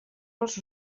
als